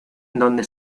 donde